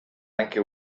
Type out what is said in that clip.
anche